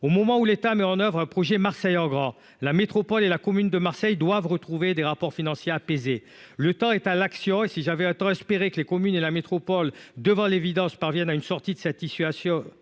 au moment où l'État met en oeuvre un projet Marseille en grand la métropole et la commune de Marseille doivent retrouver des rapports financiers apaisée, le temps est à l'action et si j'avais à temps espéré que les communes et la métropole devant l'évidence parviennent à une sortie de satisfaits